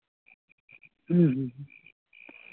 ᱦᱮᱸ